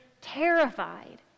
terrified